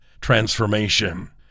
transformation